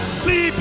see